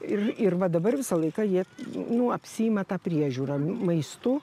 ir ir va dabar visą laiką jie nu apsiima ta priežiūra maistu